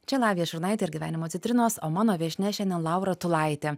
čia lavija šurnaitė ir gyvenimo citrinos o mano viešnia šiandien laura tulaitė